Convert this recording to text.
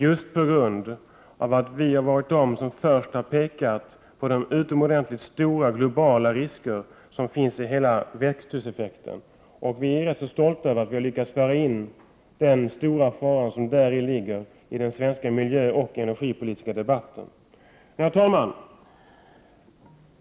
Det var moderaterna som först pekade på de utomordentligt stora globala risker som finns när det gäller växthuseffekten totalt sett. Vi är alltså ganska stolta över att ha lyckats föra in den problematiken i den svenska miljöoch energipolitiska debatten. Herr talman!